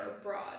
abroad